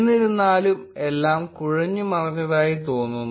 എന്നിരുന്നാലും എല്ലാം കുഴഞ്ഞുമറിഞ്ഞതായി തോന്നുന്നു